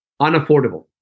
unaffordable